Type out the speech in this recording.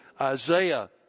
Isaiah